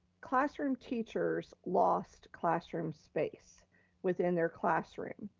classroom teachers lost classroom space within their classroom.